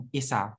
isa